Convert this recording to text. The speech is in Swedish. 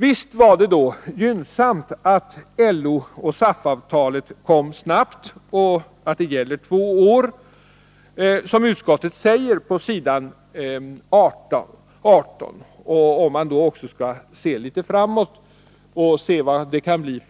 Visst var det gynnsamt att LO-SAF-avtalet kom snabbt och att det gäller för två år, som utskottet säger på s. 18. Man bör också se litet framåt och undersöka vad det kan bli